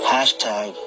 Hashtag